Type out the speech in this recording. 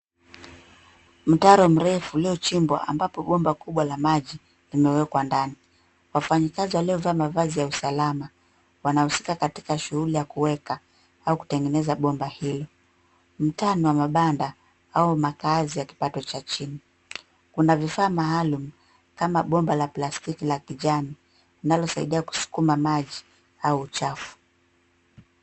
Mtaro mrefu uliochimbwa ambapo bomba kubwa la maji limewekwa ndani. Wafanyikazi waliovaa mavazi ya usalama wanahusika katika shughuli ya kuweka au kutengeneza bomba hilo. Mtaa ni wa mabanda au makazi ya kipato cha chini. Kuna vifaa maalum kama bomba la plastiki la kijani linalosaidia kusukuma maji au uchafu.